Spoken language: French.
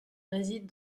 réside